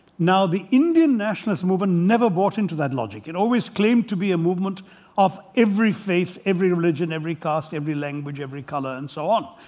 now, the indian nationalist movement never bought into that logic. it always claimed to be a movement of every faith. every religion. every caste. every language. every colour and so on.